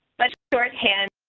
but shorthand,